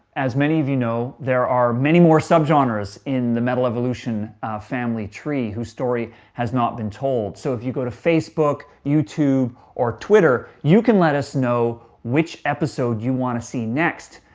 as many of you know, there are many more subgenres in the metal evolution family tree whose story has not been told, so if you go to facebook, youtube, or twitter you can let us know which episode you wanna see next,